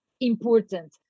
Important